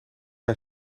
hij